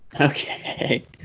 Okay